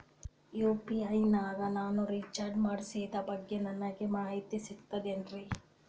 UPI ನಾಗ ನಾನು recharge ಮಾಡಿಸಿದ ಬಗ್ಗೆ ನನಗೆ ಮಾಹಿತಿ ಸಿಗುತೇನ್ರೀ?